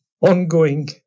ongoing